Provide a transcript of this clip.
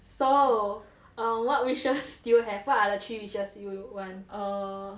so uh what wishes do you have what are the three wishes you want err